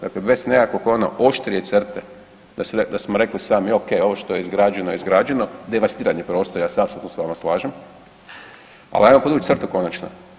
Dakle, bez nekakvog ono oštrije crte da smo rekli sami okej ovo što je izgrađeno izgrađeno, devastiran je prostor, ja se tu s vama slažem, al ajmo podvuć crtu konačno.